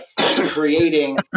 creating